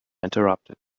interrupted